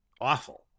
awful